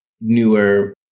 newer